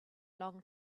long